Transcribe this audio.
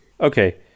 Okay